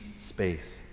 space